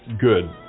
good